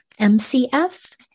MCF